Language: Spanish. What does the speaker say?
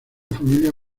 familia